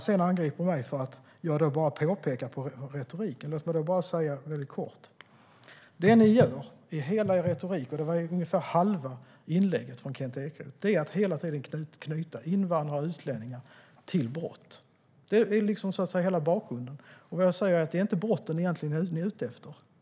Sedan angriper han mig för att jag pekar på hans retorik. Låt mig bara kort säga att det ni gör i hela er retorik - och det var ungefär halva Kent Ekeroths inlägg - är att hela tiden knyta invandrare och utlänningar till brott. Det är hela bakgrunden. Det är inte brotten ni är ute efter.